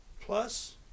plus